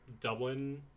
Dublin